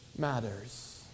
matters